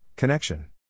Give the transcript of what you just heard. Connection